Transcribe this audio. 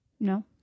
No